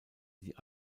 die